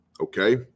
Okay